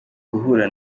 guhura